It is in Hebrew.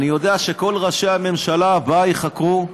אני יודע שכל ראשי הממשלה הבאה ייחקרו,